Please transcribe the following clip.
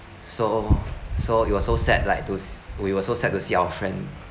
so so it was so sad like to s~ we were so sad to see our friend